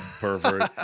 pervert